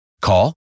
Call